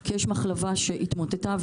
כי יש מחלבה שהתמוטטה,